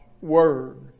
Word